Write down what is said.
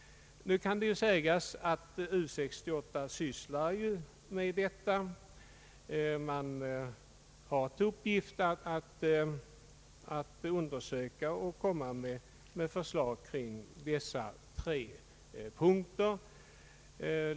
Nu kan det sägas att U 68 arbetar med dessa frågor. Man har bl.a. till uppgift att undersöka och komma med förslag kring dessa tre punkter.